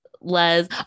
les